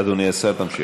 אדוני השר, תמשיך.